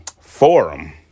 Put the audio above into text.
forum